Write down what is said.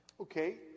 Okay